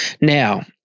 Now